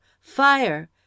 Fire